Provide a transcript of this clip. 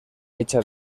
echa